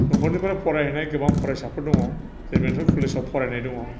न'खरनिफ्राय फरायहोनाय गोबां फरायसाफोर दङ जोंनि बेंथल कलेजाव फरायनाय दङ